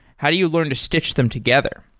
how do you learn to stich them together?